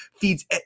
feeds